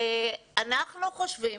אנחנו חושבים,